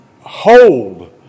hold